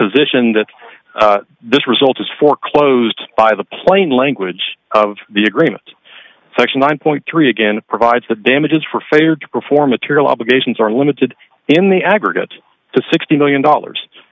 position that this result is foreclosed by the plain language of the agreement section one dollar again provides the damages for failure to perform material obligations are limited in the aggregate to sixty million dollars